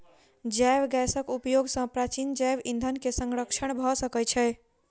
जैव गैसक उपयोग सॅ प्राचीन जैव ईंधन के संरक्षण भ सकै छै